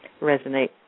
resonate